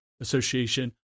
Association